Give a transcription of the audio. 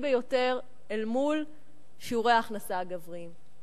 ביותר אל מול שיעורי ההכנסה הגבריים.